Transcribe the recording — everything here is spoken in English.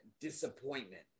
disappointment